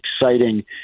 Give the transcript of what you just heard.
exciting